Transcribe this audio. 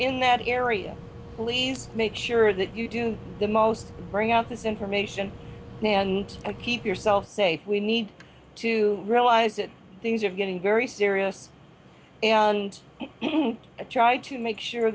in that area please make sure that you do the most bring out this information now and keep yourself safe we need to realize that things are getting very serious and try to make sure